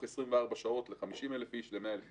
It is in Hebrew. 24 שעות ל-50,000 איש או ל-100,000 איש.